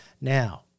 Now